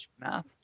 math